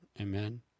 Amen